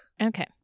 Okay